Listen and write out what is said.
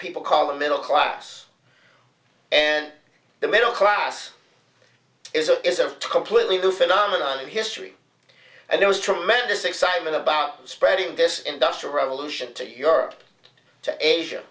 people call the middle class and the middle class is a is a completely the phenomenon in history and there was tremendous excitement about spreading this industrial revolution to europe to asia